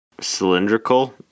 Cylindrical